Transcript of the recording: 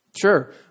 Sure